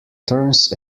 turns